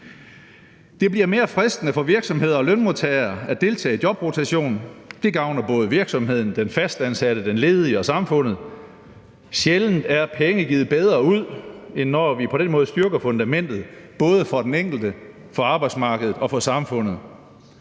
Det bliver mere fristende for virksomheder og lønmodtagere at deltage i jobrotation. Det gavner både virksomheden, den fastansatte, den ledige og samfundet. Sjældent er penge givet bedre ud, end når vi på den måde styrker fundamentet, både for den enkelte, for arbejdsmarkedet og for samfundet.